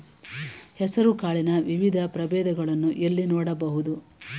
ಹೆಸರು ಕಾಳಿನ ವಿವಿಧ ಪ್ರಭೇದಗಳನ್ನು ಎಲ್ಲಿ ನೋಡಬಹುದು?